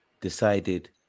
decided